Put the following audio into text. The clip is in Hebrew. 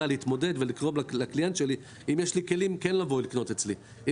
להתמודד עם וקרוא לקליינט שלי לבוא לקנות אצלי,